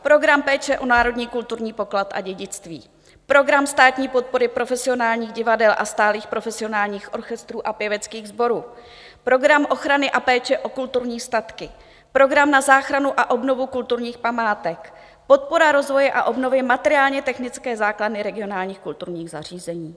Program péče o národní kulturní poklad a dědictví, program státní podpory profesionálních divadel a stálých profesionálních orchestrů a pěveckých sborů, program ochrany a péče o kulturní statky, program na záchranu a obnovu kulturních památek, podpora rozvoje a obnovy materiálnětechnické základny regionálních kulturních zařízení.